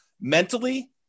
mentally